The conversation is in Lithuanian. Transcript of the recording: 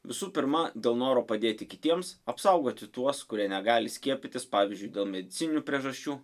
visų pirma dėl noro padėti kitiems apsaugoti tuos kurie negali skiepytis pavyzdžiui dėl medicininių priežasčių